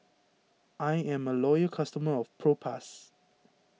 I am a loyal customer of Propass